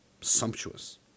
sumptuous